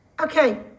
Okay